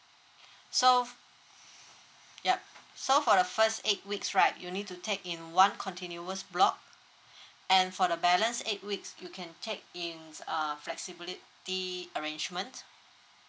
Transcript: so yup so for the first eight weeks right you need to take in one continuous block and for the balance eight weeks you can take in is uh flexibility arrangement